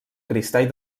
cristall